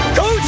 go